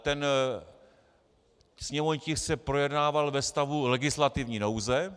Ten sněmovní tisk se projednával ve stavu legislativní nouze.